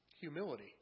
humility